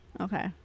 okay